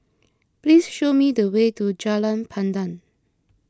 please show me the way to Jalan Pandan